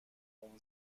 اون